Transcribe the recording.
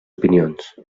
opinions